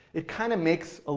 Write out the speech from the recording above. it kind of makes, ah